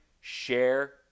share